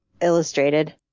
illustrated